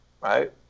right